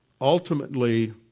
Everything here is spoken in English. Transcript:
ultimately